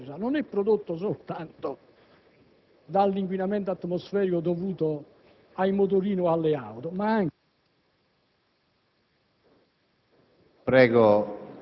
Quindi, in realtà, il gas serra non è prodotto soltanto dall'inquinamento atmosferico dovuto ai motorini o alle auto, ma anche...